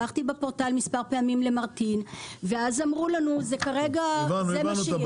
שלחתי מספר פעמים למרטין ונאמר לנו שכרגע זה מה שיש.